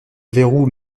verrou